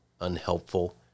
unhelpful